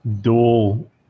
dual